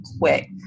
quick